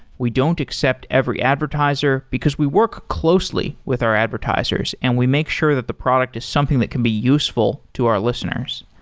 we don't accept every advertiser, because we work closely with our advertisers and we make sure that the product is something that can be useful to our listeners.